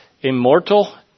Immortal